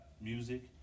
Music